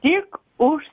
tik už